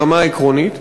ברמה העקרונית,